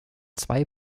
zwei